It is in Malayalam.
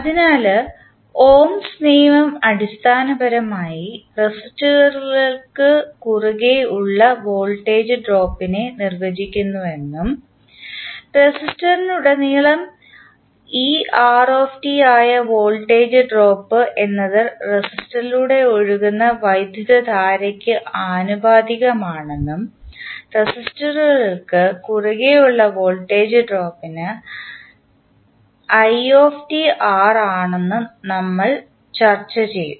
അതിനാൽ ഓംസ് നിയമം അടിസ്ഥാനപരമായി റെസിസ്റ്ററുകൾക്ക് കുറുകെ ഉള്ള വോൾട്ടേജ് ഡ്രോപ്പിനെ നിർവചിക്കുന്നുവെന്നും റെസിസ്റ്ററിലുടനീളം ആയ വോൾട്ടേജ് ഡ്രോപ്പ് എന്നത് റെസിസ്റ്ററിലൂടെ ഒഴുകുന്ന വൈദ്യുതധാരയ്ക്ക് ആനുപാതികമാണെന്നും റെസിസ്റ്ററുകൾക്ക് കുറുകെ ഉള്ള വോൾട്ടേജ് ഡ്രോപ്പിനെ ആണ് എന്നും നമ്മൾ ചർച്ച ചെയ്തു